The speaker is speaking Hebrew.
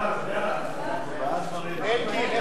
ההצעה להעביר את